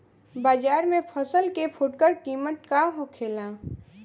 बाजार में फसल के फुटकर कीमत का होखेला?